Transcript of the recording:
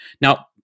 Now